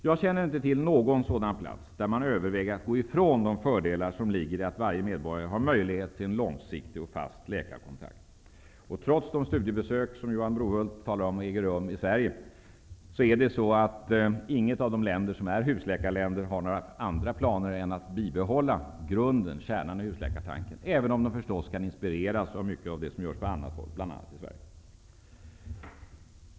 Jag känner inte till någon sådan plats där man överväger att gå ifrån de fördelar som ligger i att varje medborgare har möjlighet till en långsiktig och fast läkarkontakt. Trots de studiebesök som Johan Brohult talar om äger rum i Sverige, har inget av de länder som har husläkare några andra planer än att bibehålla kärnan i husläkartanken, även om de kan inspireras av mycket som görs på annat håll, bl.a. i Sverige.